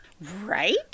Right